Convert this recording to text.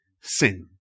sin